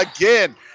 again